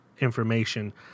information